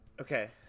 Okay